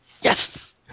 Yes